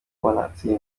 bafite